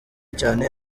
cyane